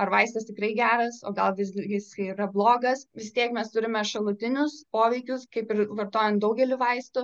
ar vaistas tikrai geras o gal visgi jis yra blogas vis tiek mes turime šalutinius poveikius kaip ir vartojant daugelį vaistų